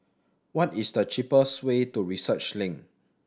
what is the cheapest way to Research Link